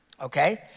Okay